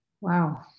Wow